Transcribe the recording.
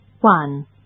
One